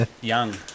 Young